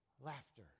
Laughter